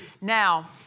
Now